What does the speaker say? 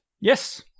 yes